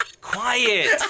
Quiet